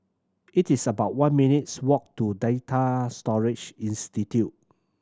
it is about one minutes' walk to Data Storage Institute